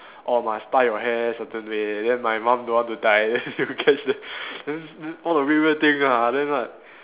orh must tie your hair certain way then my mum don't want to tie then he will catch then then then all the weird weird thing lah then what